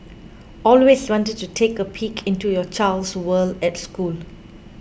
always wanted to take a peek into your child's world at school